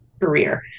career